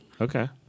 Okay